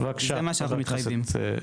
זה מה שאנחנו מתחייבים.